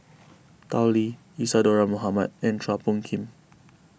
Tao Li Isadhora Mohamed and Chua Phung Kim